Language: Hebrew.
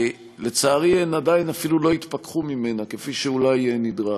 לצערי, הן עדיין לא התפכחו ממנה, כפי שאולי נדרש.